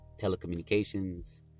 telecommunications